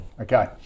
Okay